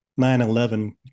9-11